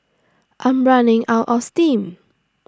I'm running out of steam